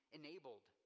enabled